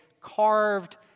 carved